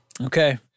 Okay